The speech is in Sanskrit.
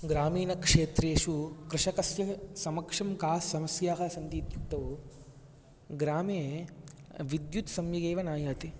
ग्रामीणक्षेत्रेशु कृषकस्य समक्षं का समस्याः सन्ति इत्युक्तौ ग्रामे विद्युत् सम्यगेव नायाति